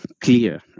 clear